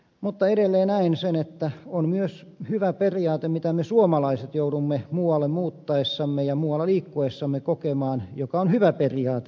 mutta edelleen näen sen että on myös hyvä periaate jonka me suomalaiset joudumme muualle muuttaessamme ja muualla liikkuessamme kokemaan ja joka on hyvä periaate